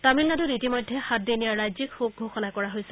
তামিলনাডুত ইতিমধ্যে সাতদিনীয়া ৰাজ্যিক শোক ঘোষণা কৰা হৈছে